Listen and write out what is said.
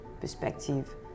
perspective